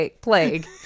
Plague